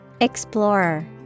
Explorer